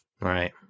right